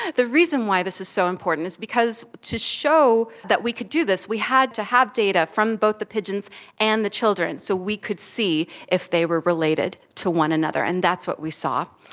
the reason why this is so important is because to show that we could do this we had to have data from both the pigeons and the children so we could see if they were related to one another and that's what we saw.